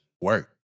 work